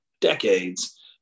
decades